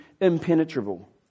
impenetrable